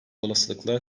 olasılıkla